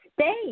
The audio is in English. stay